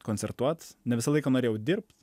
koncertuot ne visą laiką norėjau dirbt